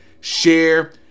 share